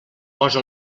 posa